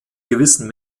gewissen